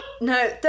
No